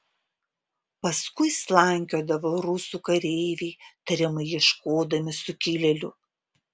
paskui slankiodavo rusų kareiviai tariamai ieškodami sukilėlių